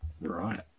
Right